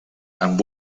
amb